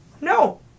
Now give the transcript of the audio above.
No